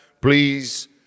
Please